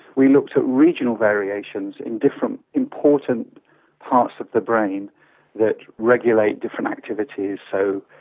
we looked at regional variations in different important parts of the brain that regulate different activities. so,